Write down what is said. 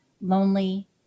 lonely